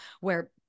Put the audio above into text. where-